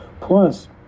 Plus